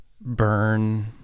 burn